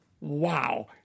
wow